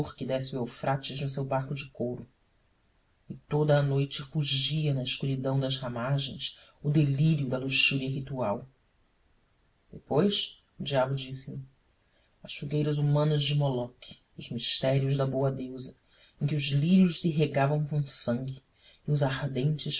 que desce o eufrates no seu barco de couro e toda a noite rugia na escuridão das ramagens o delírio da luxúria ritual depois o diabo disse-me as fogueiras humanas de moloque os mistérios da boa deusa em que os lírios se regavam com sangue e os ardentes